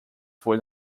foi